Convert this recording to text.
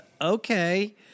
okay